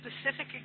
specific